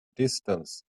distance